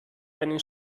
einen